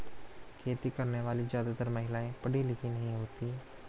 खेती करने वाली ज्यादातर महिला पढ़ी लिखी नहीं होती